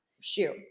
shoe